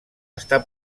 està